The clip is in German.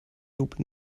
lupe